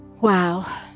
Wow